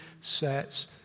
sets